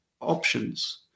options